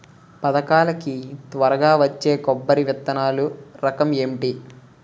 పథకాల కి త్వరగా వచ్చే కొబ్బరి విత్తనాలు రకం ఏంటి?